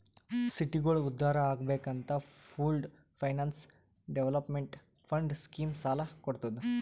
ಸಿಟಿಗೋಳ ಉದ್ಧಾರ್ ಆಗ್ಬೇಕ್ ಅಂತ pooled finance development fund scheme ಸಾಲ ಕೊಡ್ತುದ್